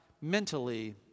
mentally